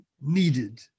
needed